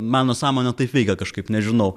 mano sąmonė taip veikia kažkaip nežinau